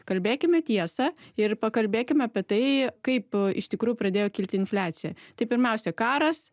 kalbėkime tiesą ir pakalbėkim apie tai kaip iš tikrųjų pradėjo kilti infliacija tai pirmiausia karas